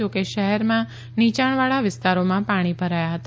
જો કે શહેરમાં નીચાણવાળા વિસ્તારોમાં પાણી ભરાયા હતા